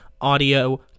audio